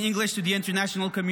English to the international community.